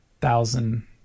thousand